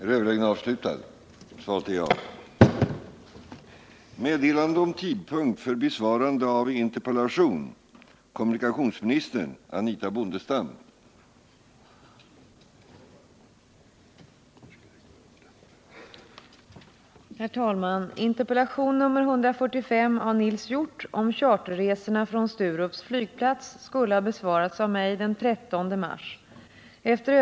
Skåne har i år drabbats av mycket svåra snöstormar. Många områden har varit helt isolerade, och över lag har framkomligheten på vägarna varit dålig och i många fall obefintlig. Till en del kan detta skyllas på modernt vägbyggande, där vägarna ligger oskyddade och därmed gynnar drivbildning. I andra länder där liknande snöoväder är ofta förekommande försöker man begränsa verkningarna genom uppsättande av snöstaket.